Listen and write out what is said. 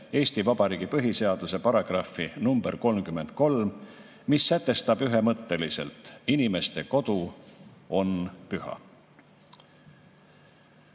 Eesti Vabariigi põhiseaduse § 33, mis sätestab ühemõtteliselt: inimeste kodu on püha.